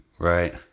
Right